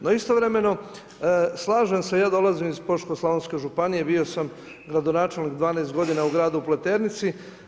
No istovremeno slažem se ja dolazim iz Požeško-slavonske županije, bio sam gradonačelnik 12 godina u gradu Pleternici.